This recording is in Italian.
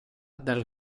dal